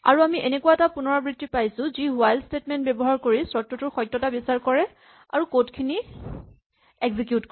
আৰু আমি এনেকুৱা এটা পুণৰাবৃত্তি পাইছো যি হুৱাইল স্টেটমেন্ট ব্যৱহাৰ কৰি চৰ্তটোৰ সত্যতা বিচাৰ কৰে আৰু কড খিনি এক্সিকিউট কৰে